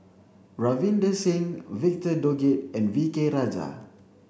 Ravinder Singh Victor Doggett and V K Rajah